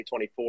2024